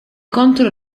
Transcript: contro